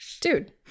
Dude